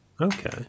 Okay